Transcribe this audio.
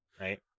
right